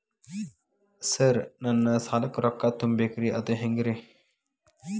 Sir ನನ್ನ ಸಾಲಕ್ಕ ರೊಕ್ಕ ತುಂಬೇಕ್ರಿ ಅದು ಹೆಂಗ್ರಿ?